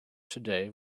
today